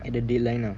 and the deadline lah